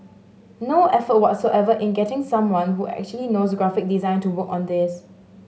no effort whatsoever in getting someone who actually knows graphic design to work on this